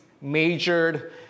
majored